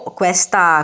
questa